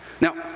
Now